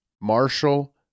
Marshall